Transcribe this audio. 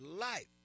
life